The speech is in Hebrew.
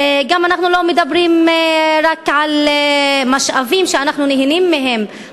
ואנחנו לא מדברים רק על משאבים שאנחנו נהנים מהם,